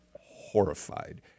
horrified